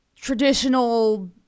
traditional